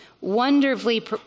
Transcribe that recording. wonderfully